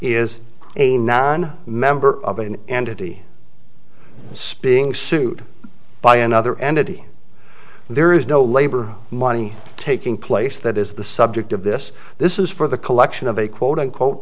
is a non member of an entity speaking sued by another entity there is no labor money taking place that is the subject of this this is for the collection of a quote unquote